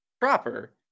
proper